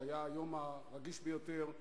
שהיה היום הרגיש ביותר,